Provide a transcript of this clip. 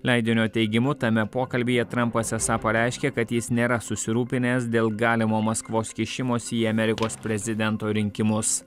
leidinio teigimu tame pokalbyje trampas esą pareiškė kad jis nėra susirūpinęs dėl galimo maskvos kišimosi į amerikos prezidento rinkimus